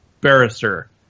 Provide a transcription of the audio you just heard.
Barrister